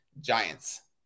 Giants